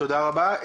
תודה רבה.